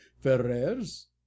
ferrer's